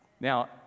Now